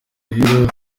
rero